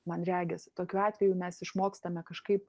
man regis tokiu atveju mes išmokstame kažkaip